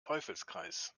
teufelskreis